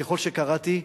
ככל שקראתי,